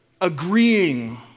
agreeing